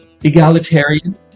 egalitarian